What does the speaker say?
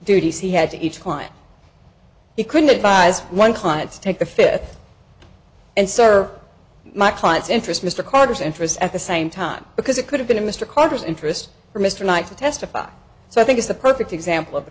duties he had to each client he couldn't advise one client to take the fifth and serve my client's interest mr carter's interest at the same time because it could have been mr carter's interest for mr knight to testify so i think it's the perfect example of